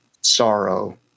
sorrow